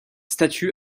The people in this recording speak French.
statue